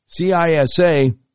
CISA